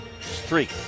streak